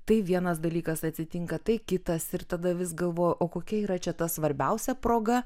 tai vienas dalykas atsitinka tai kitas ir tada vis galvoju o kokia yra čia ta svarbiausia proga